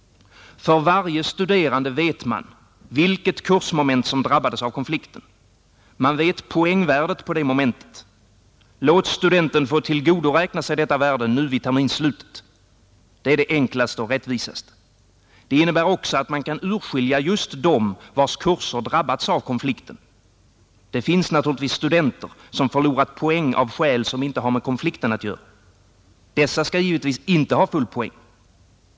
För varje studerande vet man, vilket kursmoment som drabbades av konflikten. Man vet poängvärdet på det momentet. Låt studenten få tillgodoräkna sig detta värde nu vid terminsslutet! Det är det enklaste och rättvisaste. Det innebär också att man kan urskilja just dem vilkas kurser drabbats av konflikten. Det finns naturligtvis studenter som förlorat poäng av skäl som inte har med konflikten att göra. Dessa skall givetvis inte ha full poäng.